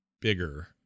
bigger